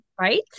Right